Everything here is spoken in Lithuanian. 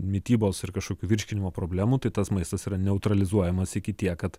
mitybos ir kažkokių virškinimo problemų tai tas maistas yra neutralizuojamas iki tiek kad